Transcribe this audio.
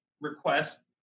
request